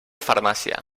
farmàcia